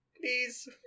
please